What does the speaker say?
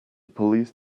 police